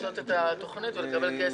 לעשות את התוכנית ולקבל כסף.